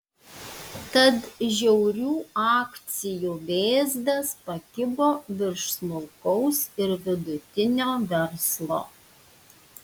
tad žiaurių akcijų vėzdas pakibo virš smulkaus ir vidutinio verslo